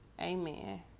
Amen